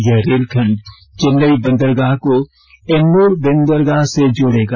यह रेलखण्ड चेन्नई बंदरगाह को एन्नूर बंदरगाह से जोड़ेगा